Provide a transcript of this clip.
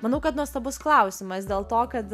manau kad nuostabus klausimas dėl to kad